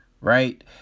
right